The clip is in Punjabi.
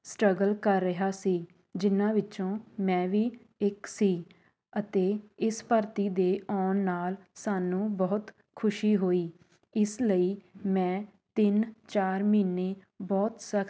ਸਟਰਗਲ ਕਰ ਰਿਹਾ ਸੀ ਜਿਹਨਾਂ ਵਿੱਚੋਂ ਮੈਂ ਵੀ ਇੱਕ ਸੀ ਅਤੇ ਇਸ ਭਰਤੀ ਦੇ ਆਉਣ ਨਾਲ ਸਾਨੂੰ ਬਹੁਤ ਖੁਸ਼ੀ ਹੋਈ ਇਸ ਲਈ ਮੈਂ ਤਿੰਨ ਚਾਰ ਮਹੀਨੇ ਬਹੁਤ ਸਖਤ